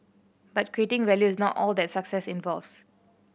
but creating value is not all that success involves